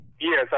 Yes